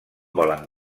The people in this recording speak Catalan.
volen